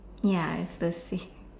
ya it's the same